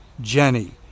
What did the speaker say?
Jenny